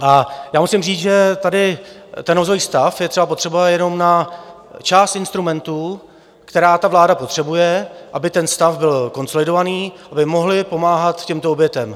A musím říct, že tady ten nouzový stav je třeba potřeba jenom na část instrumentů, které vláda potřebuje, aby ten stav byl konsolidovaný, aby mohli pomáhat těmto obětem.